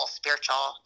spiritual